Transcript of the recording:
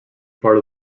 part